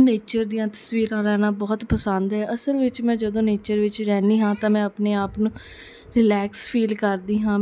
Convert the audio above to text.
nature ਦੀਆਂ ਤਸਵੀਰਾਂ ਲੈਣਾ ਬਹੁਤ ਪਸੰਦ ਹੈ ਅਸਲ ਵਿੱਚ ਮੈਂ ਜਦੋਂ ਨੇਚਰ ਵਿੱਚ ਰਹਿੰਦੀ ਹਾਂ ਤਾਂ ਮੈਂ ਆਪਣੇ ਆਪ ਨੂੰ ਰਲੈਕਸ ਫੀਲ ਕਰਦੀ ਹਾਂ